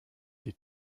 die